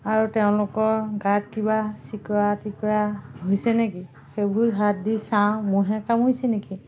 আৰু তেওঁলোকৰ গাত কিবা চিকৰা টিকৰা হৈছে নেকি সেইবোৰ হাত দি চাওঁ মহে কামোৰিছে নেকি